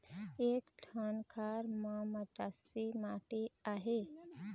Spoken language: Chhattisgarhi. एक ठन खार म मटासी माटी आहे?